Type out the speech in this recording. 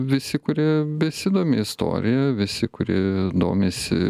visi kurie besidomi istorija visi kurie domisi